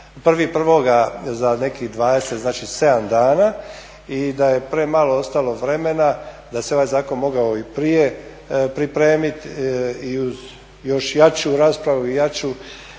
je 1.1. za nekih 27 dana i da je premalo ostalo vremena, da se ovaj zakon mogao i prije pripremiti i uz još jaču raspravu i jaču